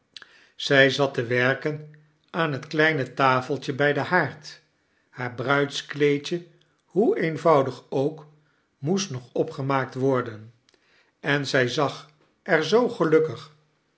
zij zat te werken aan het kleine tafeltje bij den haard haar bruidskleedje hoe eenvoudig ook moest nog opgemaakt worden en zij zag er zoo gelukkig